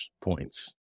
points